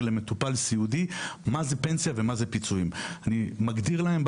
למטופל סיעודי מה זו פנסיה ומהם פיצויים; אני מגדיר להם: